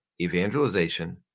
Evangelization